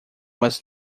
was